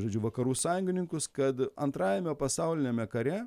žodžiu vakarų sąjungininkus kad antrajame pasauliniame kare